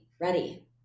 ready